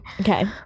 okay